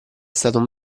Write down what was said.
stato